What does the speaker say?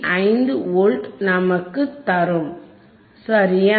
5 volt நமக்குத் தரும் சரியா